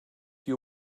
you